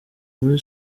muri